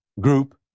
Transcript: group